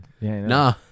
nah